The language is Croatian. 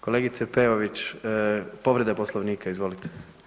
Kolegice Peović, povreda Poslovnika, izvolite.